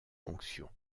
fonction